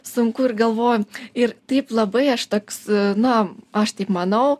sunku ir galvoju ir taip labai aš toks na aš taip manau